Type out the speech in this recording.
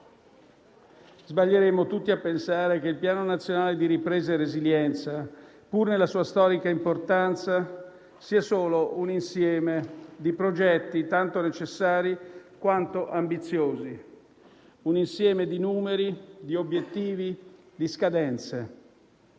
sbaglieremmo tutti a pensare che il Piano nazionale di ripresa e resilienza, pur nella sua storica importanza, sia solo un insieme di progetti tanto necessari quanto ambiziosi, un insieme di numeri, di obiettivi, di scadenze.